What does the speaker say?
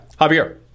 javier